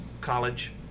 college